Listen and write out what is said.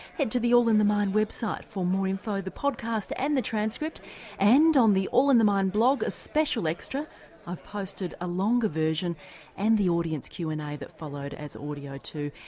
head to the all in the mind website for more info, the podcast and the transcript and on the all in the mind blog a special extra i've posted a longer version and the audience q and a that followed as audio, too,